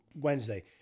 Wednesday